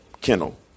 kennel